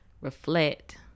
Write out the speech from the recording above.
reflect